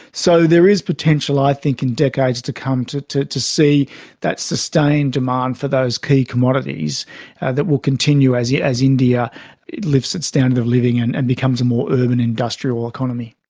so there is potential i think in decades to come to to see that sustained demand for those key commodities that will continue as yeah as india lifts its standard of living and and becomes a more urban industrial economy.